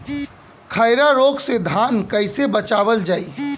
खैरा रोग से धान कईसे बचावल जाई?